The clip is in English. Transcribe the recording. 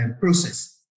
process